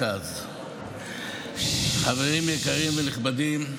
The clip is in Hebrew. חברים יקרים ונכבדים,